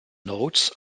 notes